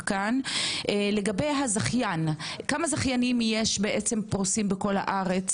לגבי הזכיין, כמה זכיינים יש פרוסים בכל הארץ?